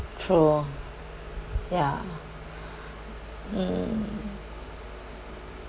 true ya mm